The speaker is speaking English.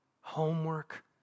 homework